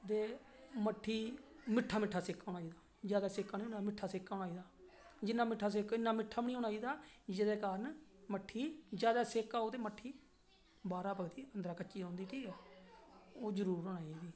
ते मट्ठी मिट्ठा मिठा सेका होना चाहिदा ज्यादा सेका नेईं होना मिट्ठा सेका होना चाहिदा जिन्ना मिट्ठा सेका होग इन्ना मिट्ठा बी नेई होना चाहिदा जेहदे कारण मट्ठी ज्यादा सेका होग ते मट्ठी बाह्रा पकदी अंदरा कच्ची रौहंदी ठीक ऐ ओह् जरुर होना चाहिदी